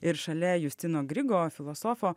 ir šalia justino grigo filosofo